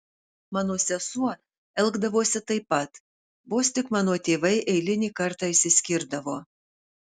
mano sesuo elgdavosi taip pat vos tik mano tėvai eilinį kartą išsiskirdavo